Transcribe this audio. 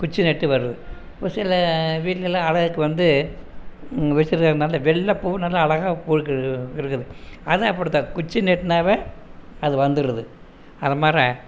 குச்சி நட்டு வருது ஒரு சில வீட்லெலாம் அழகுக்கு வந்து வச்சுருக்காங்க நல்ல வெள்ளை பூ நல்ல அழகாக பூக்குது இருக்குது அதுவும் அப்படித்தான் குச்சி நட்டினாவே அது வந்துடுது அது மாரி